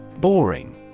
Boring